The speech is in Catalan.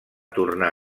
tornar